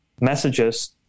messages